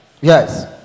yes